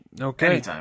Okay